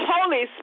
Holy